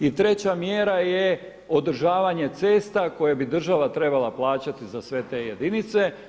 I treća mjera je održavanje cesta koje bi država trebala plaćati za sve te jedinice.